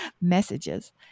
messages